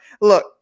look